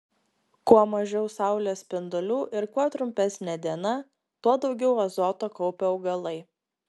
kuo mažiau saulės spindulių ir kuo trumpesnė diena tuo daugiau azoto kaupia augalai